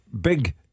big